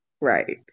Right